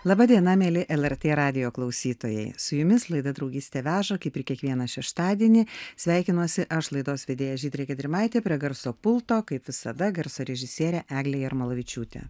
laba diena mieli lrt radijo klausytojai su jumis laida draugystė veža kaip ir kiekvieną šeštadienį sveikinuosi aš laidos vedėja žydrė gedrimaitė prie garso pulto kaip visada garso režisierė eglė jarmalavičiūtė